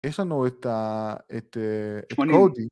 יש לנו את ה... את הקודי